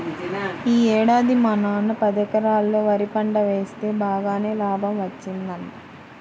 యీ ఏడాది మా నాన్న పదెకరాల్లో వరి పంట వేస్తె బాగానే లాభం వచ్చిందంట